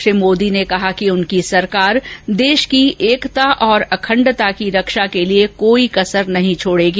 श्री मोदी ने कहा कि उनकी सरकार देश की एकता और अखंडता की रक्षा के लिए कोई कसर नहीं छोड़ेगी